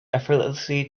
effortlessly